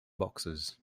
boxes